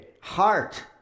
heart